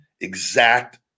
exact